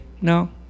no